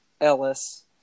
Ellis